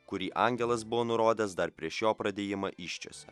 kurį angelas buvo nurodęs dar prieš jo pradėjimą įsčiose